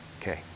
Okay